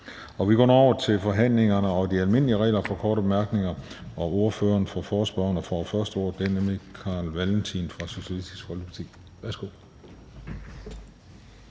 Og vi går nu over til forhandlingerne og de almindelige regler for korte bemærkninger, og ordføreren for forespørgerne får først ordet, og det er Carl Valentin fra Socialistisk Folkeparti. Værsgo.